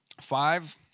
five